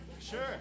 Sure